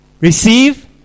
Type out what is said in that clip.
Receive